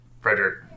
Frederick